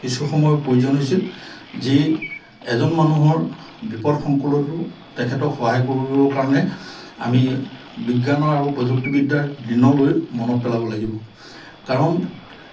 কিছু সময় প্ৰয়োজন হৈছিল যি এজন মানুহৰ বিপদসকলটো তেখেতক সহায় কৰিবৰ কাৰণে আমি বিজ্ঞানৰ আৰু প্ৰযুক্তিবিদ্যাৰ দিনলৈ মনত পেলাব লাগিব কাৰণ